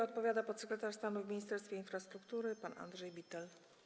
Odpowiada podsekretarz stanu w Ministerstwie Infrastruktury pan Andrzej Bittel.